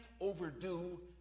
overdo